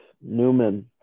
Newman